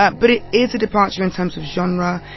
ah but it is a departure in terms of genre,